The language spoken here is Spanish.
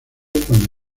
cuando